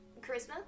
Charisma